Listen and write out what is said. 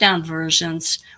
versions